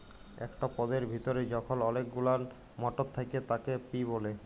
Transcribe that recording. একট পদের ভিতরে যখল অলেক গুলান মটর থ্যাকে তাকে পি ব্যলে